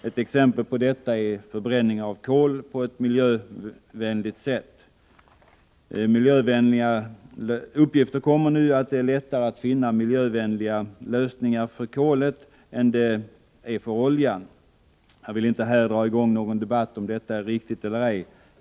Ett exempel på detta är förbränning av kol på ett miljövänligt sätt. Uppgifter kommer nu om att det är lättare att finna miljövänliga lösningar för kolet än det är för oljan. Jag vill inte här dra i gång någon debatt om huruvida detta är riktigt eller ej.